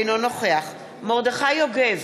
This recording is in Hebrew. אינו נוכח מרדכי יוגב,